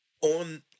on